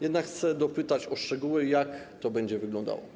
Jednak chcę dopytać o szczegóły, jak to będzie wyglądało.